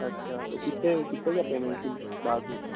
अच्छा तो कितने कितने क्या पेमेंट थी बात हुई थी